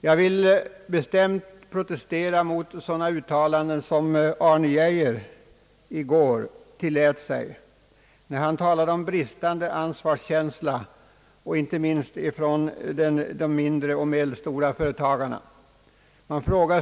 Jag vill bestämt protestera mot sådana uttalanden, som herr Arne Geijer i går kväll tillät sig när han talade om bristande ansvarskänsla inte minst från mindre och medelstora företagare.